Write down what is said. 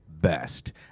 best